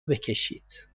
بکشید